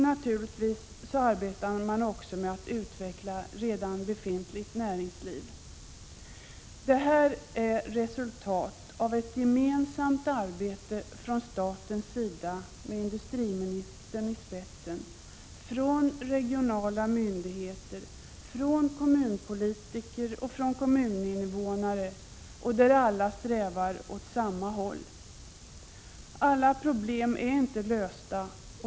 Naturligtvis arbetar man också med att utveckla redan befintligt näringsliv. Allt det här är resultat av ett gemensamt arbete från statens sida, med industriministern i spetsen, från de regionala myndigheternas, kommunpolitikernas och kommuninnevånarnas sida, där alla strävar åt samma håll. Alla problem är inte lösta.